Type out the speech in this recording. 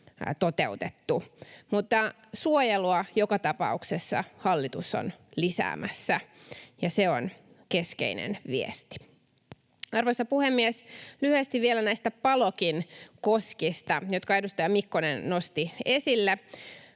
Mutta suojelua joka tapauksessa hallitus on lisäämässä, ja se on keskeinen viesti. Arvoisa puhemies! Lyhyesti vielä näistä Palokin koskista, jotka edustaja Mikkonen nosti esille.